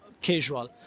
casual